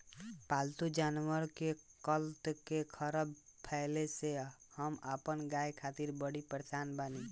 पाल्तु जानवर के कत्ल के ख़बर फैले से हम अपना गाय खातिर बड़ी परेशान बानी